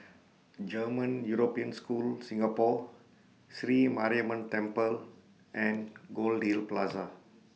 German European School Singapore Sri Mariamman Temple and Goldhill Plaza